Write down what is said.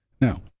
Now